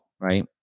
right